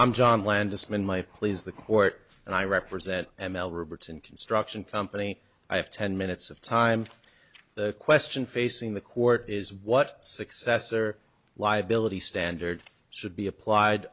i'm john landesman my pleas the court and i represent m l roberts and construction company i have ten minutes of time the question facing the court is what success or liability standard should be applied